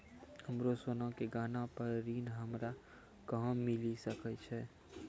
हमरो सोना के गहना पे ऋण हमरा कहां मिली सकै छै?